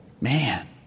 man